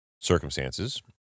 circumstances